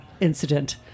incident